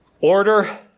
order